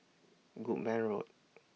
Goodman Road